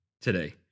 today